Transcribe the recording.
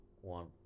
one